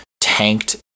tanked